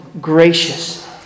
gracious